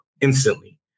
instantly